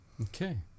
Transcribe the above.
Okay